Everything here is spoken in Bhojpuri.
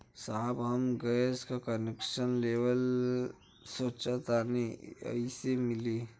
साहब हम गैस का कनेक्सन लेवल सोंचतानी कइसे मिली?